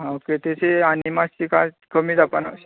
आं ओके तिची आनी मात्शी कांयच कमी जावपाना